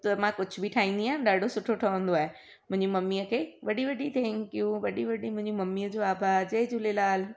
त मां कुझु बि ठाहिंदी आहियां ॾाढो सुठो ठवंदो आहे मुंहिंजी ममीअ खे वॾी वॾी थैंक्यू वॾी वॾी मुंहिंजी ममीअ जो आभार जय झूलेलाल